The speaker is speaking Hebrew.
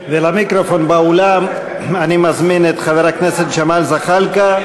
ולמיקרופון באולם אני מזמין את חבר הכנסת ג'מאל זחאלקה,